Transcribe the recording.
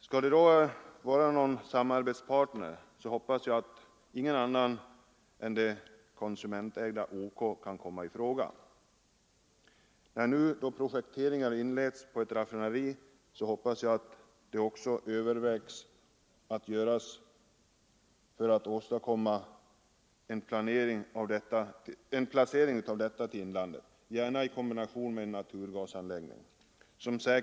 Skall staten då ha någon samarbetspartner, så hoppas jag att ingen annan än konsumentägda OK kan komma i fråga. När nu projektering av ett raffinaderi inleds hoppas jag att man överväger möjligheten att placera det i inlandet, gärna i kombination med en naturgasanläggning.